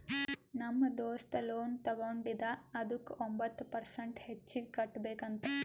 ನಮ್ ದೋಸ್ತ ಲೋನ್ ತಗೊಂಡಿದ ಅದುಕ್ಕ ಒಂಬತ್ ಪರ್ಸೆಂಟ್ ಹೆಚ್ಚಿಗ್ ಕಟ್ಬೇಕ್ ಅಂತ್